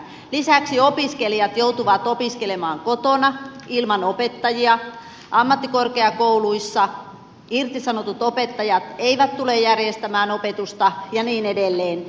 lisäksi opiskelijat joutuvat opiskelemaan kotona ilman opettajia ammattikorkeakouluissa irtisanotut opettajat eivät tule järjestämään opetusta ja niin edelleen